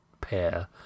pair